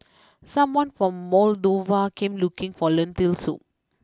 someone from Moldova came looking for Lentil Soup